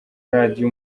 radiyo